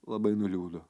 labai nuliūdo